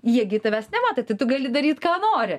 jie gi tavęs nemato tai tu gali daryt ką nori